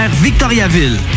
Victoriaville